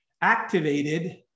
activated